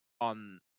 on